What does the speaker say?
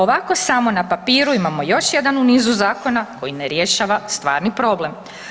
Ovako samo na papiru imamo još jedan u nizu zakona koji ne rješava stvarni problem.